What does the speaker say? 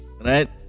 Right